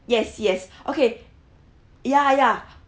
yes yes okay ya ya